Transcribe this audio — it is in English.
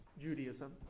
Judaism